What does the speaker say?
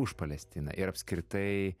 už palestiną ir apskritai